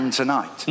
tonight